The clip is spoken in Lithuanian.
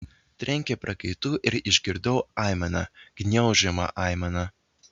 trenkė prakaitu ir išgirdau aimaną gniaužiamą aimaną